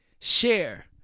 share